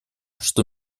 что